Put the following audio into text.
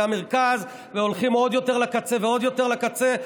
המרכז והולך עוד יותר לקצה ועוד יותר לקצה.